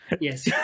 yes